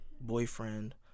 boyfriend